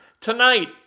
Tonight